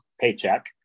paycheck